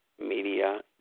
media